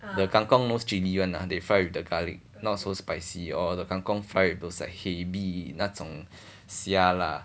the kang kong no chilli one ah they fry with the garlic not so spicy or the kang kong fry with those like hei bi 那种虾啦